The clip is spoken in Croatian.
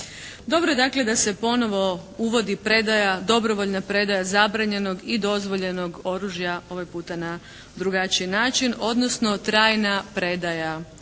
Dobro je dakle da se ponovo uvodi predaja, dobrovoljna predaja zabranjenog i dozvoljenog oružja, ovaj puta na drugačiji način odnosno trajna predaja